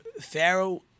Pharaoh